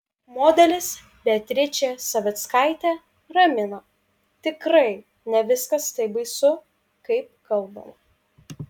modelis beatričė savickaitė ramina tikrai ne viskas taip baisu kaip kalbama